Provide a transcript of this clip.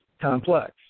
complex